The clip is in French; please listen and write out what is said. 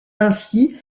ainsi